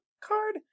card